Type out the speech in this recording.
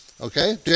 Okay